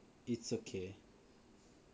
it's okay